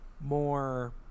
more